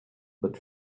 but